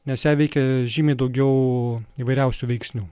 nes ją veikia žymiai daugiau įvairiausių veiksnių